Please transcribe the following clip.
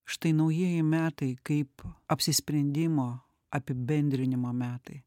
štai naujieji metai kaip apsisprendimo apibendrinimo metai